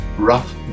Rough